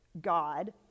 God